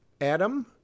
Adam